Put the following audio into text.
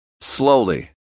Slowly